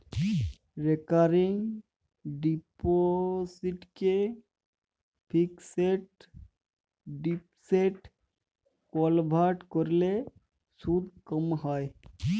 recurring ডিপসিটকে fixed ডিপসিটে convert ক্যরলে সুদ ক্যম হ্যয়